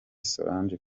solange